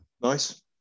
Nice